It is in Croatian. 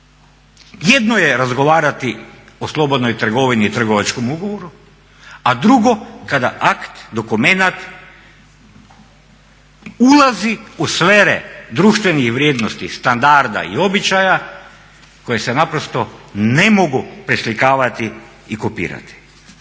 Jedno je razgovarati o slobodnoj trgovini i trgovačkom ugovoru, a drugo kada akt, dokument ulazi u sfere društvenih vrijednosti, standarda i običaja koji se naprosto ne mogu preslikavati i kopirati.